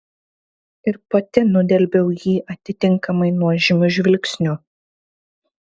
ir pati nudelbiau jį atitinkamai nuožmiu žvilgsniu